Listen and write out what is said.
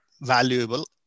valuable